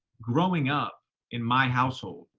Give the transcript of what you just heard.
growing up in my household,